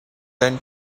then